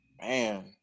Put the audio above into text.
man